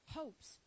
hopes